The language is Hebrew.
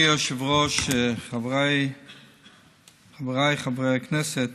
אדוני היושב-ראש, חבריי חברי הכנסת,